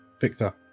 Victor